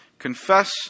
Confess